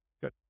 Good